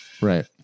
right